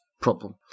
problem